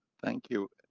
thank you.